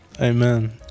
Amen